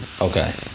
Okay